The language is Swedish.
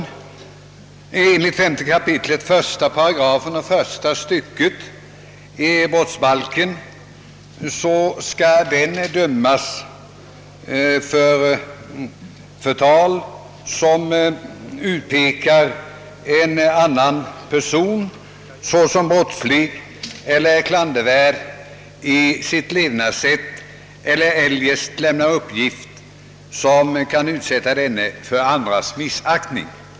Enligt 5 kap. 1 8 första stycket i brottsbalken skall den dömas för förtal, som utpekar en annan person såsom brottslig eller klandervärd i sitt levnadssätt eller som eljest lämnar uppgift vilken kan utsätta denne för andras missaktning.